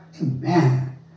Amen